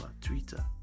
twitter